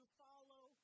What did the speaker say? follow